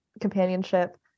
companionship